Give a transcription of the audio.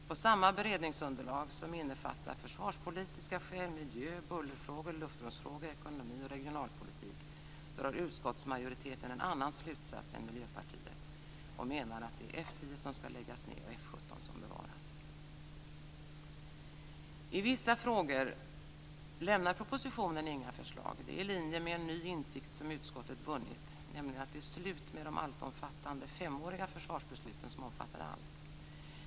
På samma beredningsunderlag - som innefattar försvarspolitiska skäl, miljö, bullerfrågor, luftrumsfrågor, ekonomi och regionalpolitik - drar utskottsmajoriteten en annan slutsats än Miljöpartiet och menar att det är F 10 som ska läggas ned och att I vissa frågor lämnar propositionen inga förslag. Det är i linje med en ny insikt som utskottet vunnit, nämligen att det är slut med de alltomfattande femåriga försvarsbesluten.